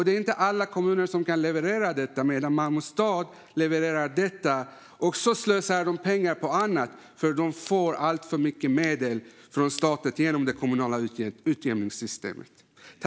Det är inte alla kommuner som kan leverera det, medan Malmö stad levererar detta och även slösar pengar på annat, eftersom de får alltför mycket medel från staten genom det kommunala utjämningssystemet.